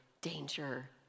danger